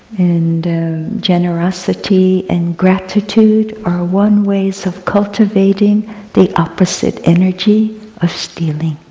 and generosity and gratitude are one way so of cultivating the opposite energy of stealing.